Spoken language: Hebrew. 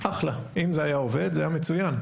אין לי בעיה להכניס אותם כנציג משקיף.